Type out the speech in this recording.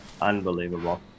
Unbelievable